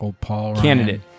candidate